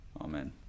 Amen